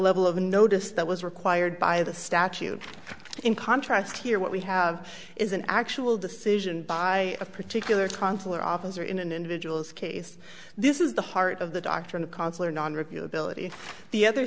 level of notice that was required by the statute in contrast here what we have is an actual decision by a particular consular officer in an individual's case this is the heart of the doctrine of consular non reviewable it is the other